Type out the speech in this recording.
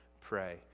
pray